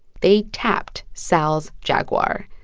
they tapped sal's jaguar.